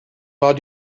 war